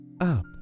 up